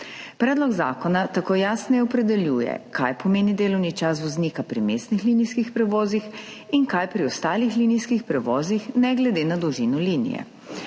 Predlog zakona tako jasneje opredeljuje, kaj pomeni delovni čas voznika pri mestnih linijskih prevozih in kaj pri ostalih linijskih prevozih, ne glede na dolžino linije.